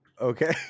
Okay